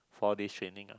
for this training uh